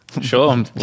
Sure